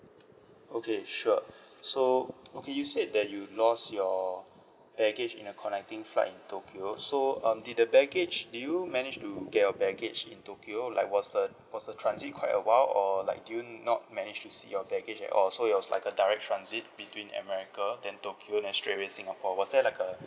okay sure so okay you said that you lost your baggage in a connecting flight in tokyo so um did the baggage did you manage to get your baggage in tokyo like was the was the transit quite a while or like do you not manage to see your baggage at all so it was like a direct transit between america then tokyo then straightaway singapore was there like a